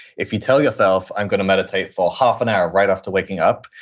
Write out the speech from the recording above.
if you tell yourself i'm going to meditate for half an hour, right after waking up,